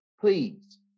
please